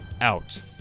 out